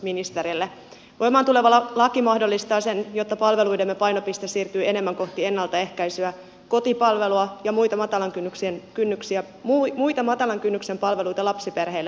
voimaan tuleva laki mahdollistaa sen että palveluidemme painopiste siirtyy enemmän kohti ennaltaehkäisyä kotipalvelua ja muita matalan kynnyksen palveluita lapsiperheille hyvä niin